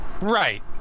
right